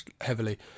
heavily